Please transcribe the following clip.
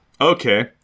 Okay